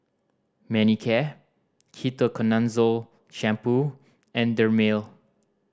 Manicare Ketoconazole Shampoo and Dermale